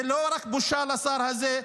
זה לא רק בושה לשר הזה,